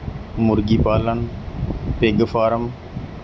ਮੁਰਗੀ ਪਾਲਣ pig farm